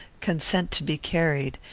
consent to be carried,